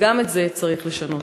וגם את זה צריך לשנות.